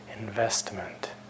investment